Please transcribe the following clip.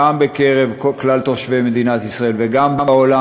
גם בקרב כלל תושבי מדינת ישראל וגם בעולם,